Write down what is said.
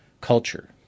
culture